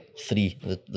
three